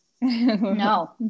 no